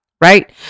right